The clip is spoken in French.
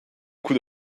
coup